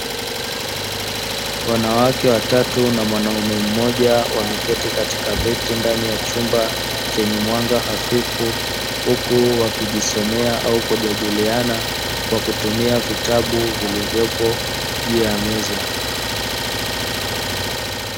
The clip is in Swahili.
Wanawake watatu na mwanaume mmoja wameketi katika viti ndani ya chumba chenye mwanga hafifu, huku wakijisomea au kujadiliana kwa kutumia vitabu vilivyopo juu ya meza.